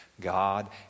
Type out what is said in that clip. God